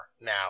now